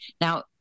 Now